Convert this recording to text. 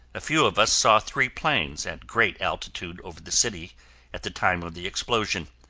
a few of us saw three planes at great altitude over the city at the time of the explosion.